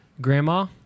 Grandma